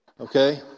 Okay